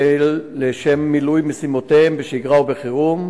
לשם מילוי משימותיהן בשגרה ובחירום